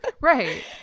right